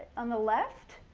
on the left,